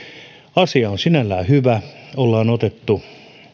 asia on sinällään hyvä ollaan otettu